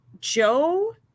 Joe